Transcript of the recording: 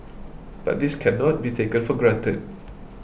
but this can not be taken for granted